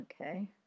Okay